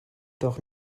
doch